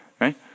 right